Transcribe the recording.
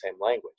language